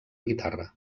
guitarra